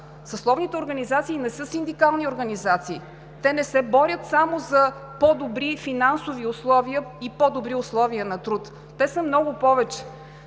Съсловните организации не са синдикални организации. Те не се борят само за по-добри финансови условия и по-добри условия на труд. Те са много повече.